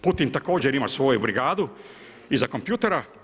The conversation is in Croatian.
Putin također ima svoju brigadu iza kompjutera.